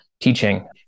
teaching